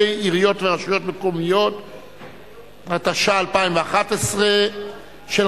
(תיקון), עברה בקריאה טרומית, חבר